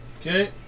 Okay